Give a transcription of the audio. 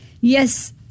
Yes